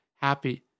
happy